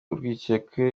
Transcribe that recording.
urwikekwe